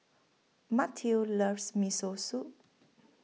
Mateo loves Miso Soup